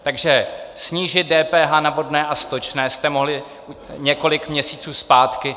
Takže snížit DPH na vodné a stočné jste mohli několik měsíců zpátky.